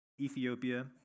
Ethiopia